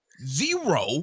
zero